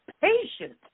patient